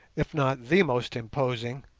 if not the most imposing,